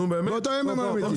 נו, באמת.